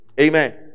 Amen